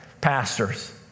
pastors